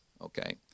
okay